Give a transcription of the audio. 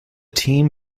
team